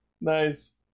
Nice